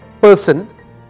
person